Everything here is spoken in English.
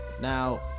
now